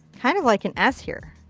kind of like and s here.